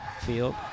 field